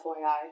FYI